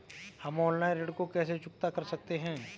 हम ऑनलाइन ऋण को कैसे चुकता कर सकते हैं?